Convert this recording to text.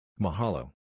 Mahalo